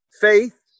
faith